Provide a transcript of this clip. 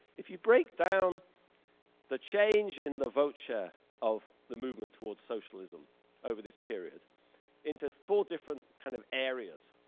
if you break down the change in the vote share of the movement towards socialism over this period into four different kind of areas,